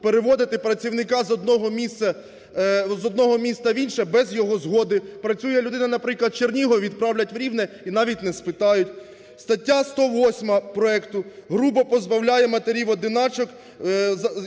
переводити працівника з одного міста в інше без його згоди. Працює людина, наприклад, в Чернігові, відправлять у Рівне і навіть не спитають. Стаття 108 проекту грубо позбавляє матерів-одиначок